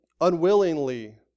unwillingly